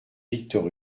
victor